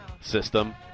system